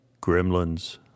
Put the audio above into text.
Gremlins